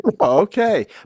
Okay